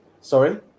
Sorry